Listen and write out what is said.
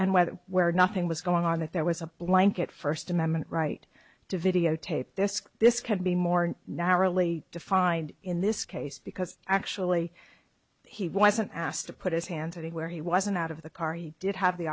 and whether where nothing was going on that there was a blanket first amendment right to videotape this this can be more narrowly defined in this case because actually he wasn't asked to put his hands anywhere he wasn't out of the car he did have the